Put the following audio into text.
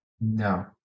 No